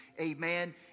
Amen